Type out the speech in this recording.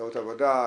מקומות עבודה,